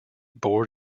board